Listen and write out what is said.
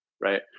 right